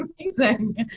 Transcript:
amazing